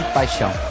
paixão